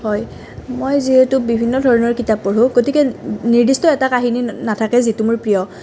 হয় মই যিহেতু বিভিন্ন ধৰণৰ কিতাপ পঢ়োঁ গতিকে নিৰ্দিষ্ট এটা কাহিনী নাথাকে যিটো মোৰ প্ৰিয়